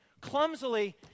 clumsily